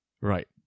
Right